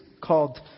called